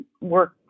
work